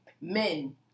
men